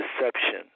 deception